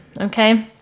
okay